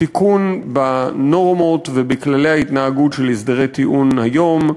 תיקון בנורמות ובכללי ההתנהגות של הסדרי טיעון היום.